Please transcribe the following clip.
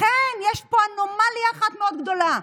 לכן יש פה אנומליה אחת מאוד גדולה.